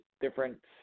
different